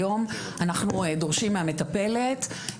היום אנחנו דורשים מהמטפלת,